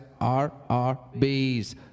RRBs